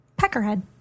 Peckerhead